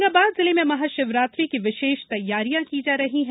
होशंगाबाद जिले में महाशिवरात्रि की विशेष तैयारियां की जा रही है